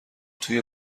توی